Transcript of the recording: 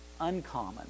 uncommon